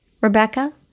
Rebecca